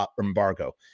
embargo